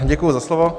Děkuji za slovo.